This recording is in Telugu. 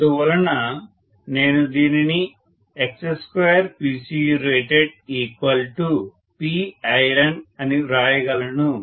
అందువలన నేను దీనిని x2PCUrated Pironఅని వ్రాయగలను